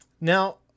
Now